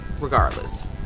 regardless